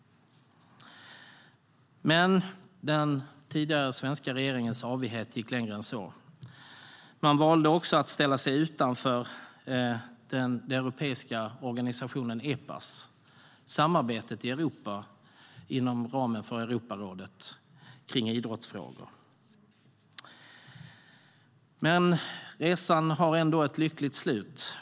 Men den tidigare svenska regeringens avighet gick längre än så. Man valde också att ställa sig utanför den europeiska organisationen Epas, samarbetet i Europa kring idrottsfrågor inom ramen för Europarådet. Men resan har ändå ett lyckligt slut.